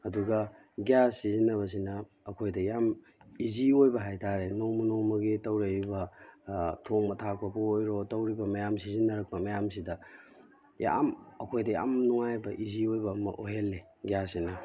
ꯑꯗꯨꯒ ꯒꯤꯌꯥꯁ ꯁꯤꯖꯤꯟꯅꯕꯁꯤꯅ ꯑꯩꯈꯣꯏꯗ ꯌꯥꯝ ꯏꯖꯤ ꯑꯣꯏꯕ ꯍꯥꯏꯕꯇꯥꯔꯦ ꯅꯣꯡꯃ ꯅꯣꯡꯃꯒꯤ ꯇꯧꯔꯛꯏꯕ ꯊꯣꯡꯕ ꯊꯛꯄꯕꯨ ꯑꯣꯏꯔꯣ ꯇꯧꯔꯤꯕ ꯃꯌꯥꯝ ꯁꯤꯖꯤꯅꯔꯛꯄ ꯃꯌꯥꯝꯁꯤꯗ ꯌꯥꯝ ꯑꯩꯈꯣꯏꯗ ꯌꯥꯝ ꯅꯨꯉꯥꯏꯕ ꯏꯖꯤ ꯑꯣꯏꯕ ꯑꯃ ꯑꯣꯏꯍꯜꯂꯤ ꯒꯤꯌꯥꯁꯁꯤꯅ